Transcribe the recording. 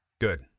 Good